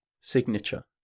Signature